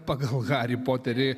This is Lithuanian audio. pagal harį poterį